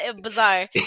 bizarre